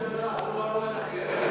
המשטרה, הוא, אחר.